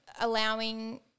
allowing